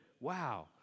Wow